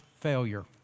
failure